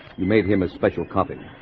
you made him a special copy.